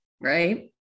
right